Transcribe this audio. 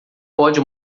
pode